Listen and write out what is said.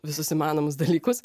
visus įmanomus dalykus